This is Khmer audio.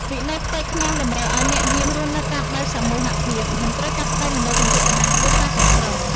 វិន័យផ្ទៃក្នុងតម្រូវឱ្យអ្នកយាមរស់នៅតាមបែបសមូហភាព និងត្រូវកាត់ផ្ដាច់មនោសញ្ចេតនាគ្រួសារទាំងស្រុង។